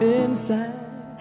inside